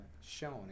shown